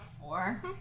four